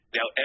Now